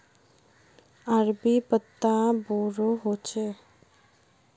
अरबी पत्ता बोडो होचे